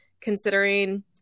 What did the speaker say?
considering